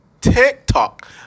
TikTok